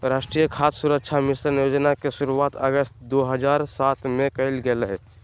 राष्ट्रीय खाद्य सुरक्षा मिशन योजना के शुरुआत अगस्त दो हज़ार सात में कइल गेलय